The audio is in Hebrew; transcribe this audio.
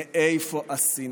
מאיפה השנאה?